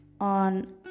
on